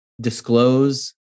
disclose